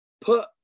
put